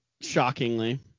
shockingly